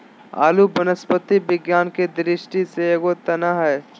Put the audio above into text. आलू वनस्पति विज्ञान के दृष्टि से एगो तना हइ